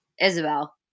Isabel